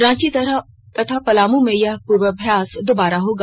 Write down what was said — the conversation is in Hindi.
रांची तथा पलामू में यह पूर्वाभ्यास दोबारा होगा